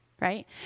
right